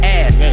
ass